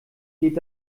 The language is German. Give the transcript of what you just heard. geht